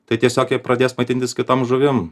tai tiesiog jie pradės maitintis kitom žuvim